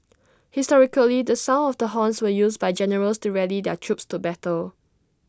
historically the sound of the horns were used by generals to rally their troops to battle